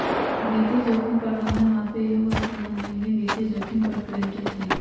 वित्तीय जोखिम प्रबंधन मापे योग्य और प्रबंधनीय वित्तीय जोखिम पर केंद्रित हई